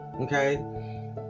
okay